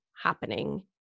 happening